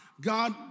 God